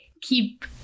keep